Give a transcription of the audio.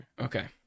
Okay